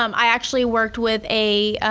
um i actually worked with a